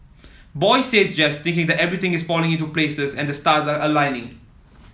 boy says yes thinking that everything is falling into places and the stars are aligning